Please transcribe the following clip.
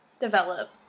develop